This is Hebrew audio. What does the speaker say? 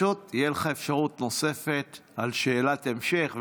תהיה לך אפשרות נוספת לשאלת המשך,